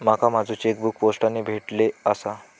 माका माझो चेकबुक पोस्टाने भेटले आसा